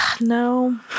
No